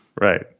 Right